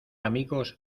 amigos